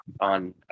on